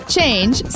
Change